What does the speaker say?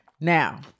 now